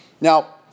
Now